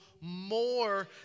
more